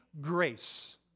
grace